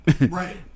Right